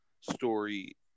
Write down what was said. story